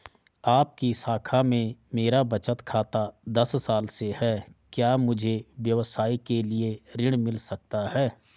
आपकी शाखा में मेरा बचत खाता दस साल से है क्या मुझे व्यवसाय के लिए ऋण मिल सकता है?